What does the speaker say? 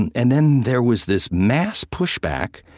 and and then there was this mass pushback,